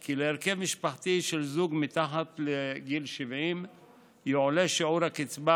כי להרכב משפחתי של זוג מתחת לגיל 70 יועלה שיעור הקצבה